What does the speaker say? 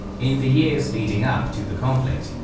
in the years leading up to the conflict,